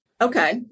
Okay